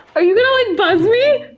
are you gonna like buzz me?